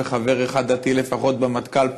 וחבר אחד דתי לפחות במטכ"ל.